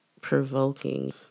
provoking